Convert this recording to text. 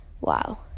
wow